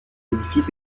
édifice